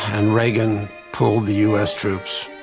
and reagan pulled the u s. troops,